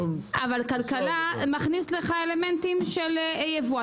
אבל כלכלה מכניס לך אלמנטים של יבוא.